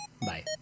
Bye